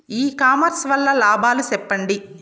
ఇ commerce వల్ల లాభాలు సెప్పండి?